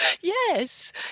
Yes